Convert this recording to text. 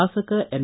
ಶಾಸಕ ಎನ್